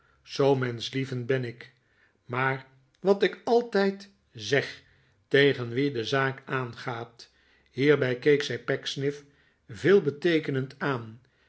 zoo menschlievend ben ik maaf wat ik altijd zeg tegen wie de zaak aangaat hierbij keek zij pecksniff veelbeteekenend aan